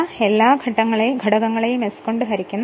ഇത് എല്ലാ ഘടകങ്ങളെയും s കൊണ്ട് ഹരിക്കുന്നു